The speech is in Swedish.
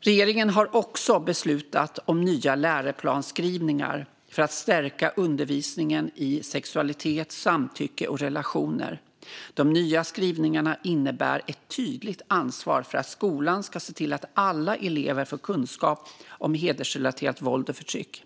Regeringen har också beslutat om nya läroplansskrivningar för att stärka undervisningen i sexualitet, samtycke och relationer. De nya skrivningarna innebär ett tydligt ansvar för skolan att se till att alla elever får kunskaper om hedersrelaterat våld och förtryck.